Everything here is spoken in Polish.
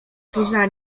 poza